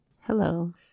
Hello